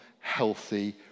healthy